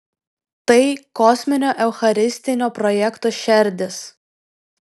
tai kosminio eucharistinio projekto šerdis